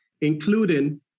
including